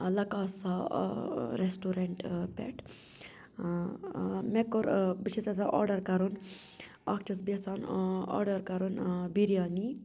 لکاسا ٲں ریٚسٹوریٚنٛٹ ٲں پؠٹھ ٲں ٲں مےٚ کوٚر ٲں بہٕ چھس یژھان آرڈَر کَرُن اَکھ چھس بہٕ یژھان ٲں آرڈَر کَرُن ٲں بِریانِی